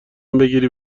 بگیری